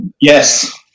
Yes